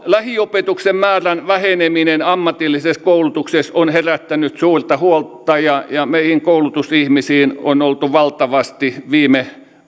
lähiopetuksen määrän väheneminen ammatillisessa koulutuksessa on herättänyt suurta huolta ja ja meihin koulutusihmisiin on oltu valtavasti viime